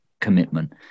commitment